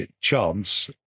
chance